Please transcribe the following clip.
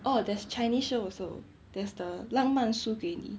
oh there's chinese show also there's the 浪漫输给你